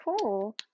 cool